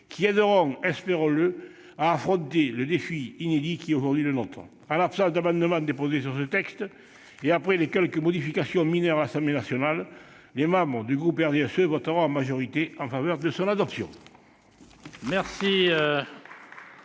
qui aidera, espérons-le, à affronter le défi inédit qui est aujourd'hui le nôtre. En l'absence d'amendements déposés sur ce texte, et après les quelques modifications mineures apportées à l'Assemblée nationale, les membres du groupe du RDSE voteront majoritairement en faveur de son adoption.